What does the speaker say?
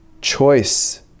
choice